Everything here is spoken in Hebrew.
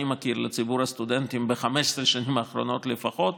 מכיר לציבור הסטודנטים ב-15 השנים האחרונות לפחות,